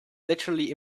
literally